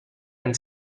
and